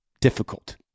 difficult